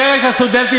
הקרן של הסטודנטים,